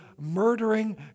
murdering